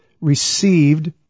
received